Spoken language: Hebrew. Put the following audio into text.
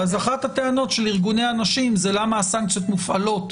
אז אחת הטענות של ארגוני הנשים היא למה הסנקציות מופעלות